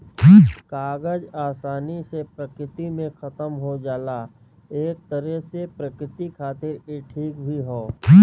कागज आसानी से प्रकृति में खतम हो जाला एक तरे से प्रकृति खातिर इ ठीक भी हौ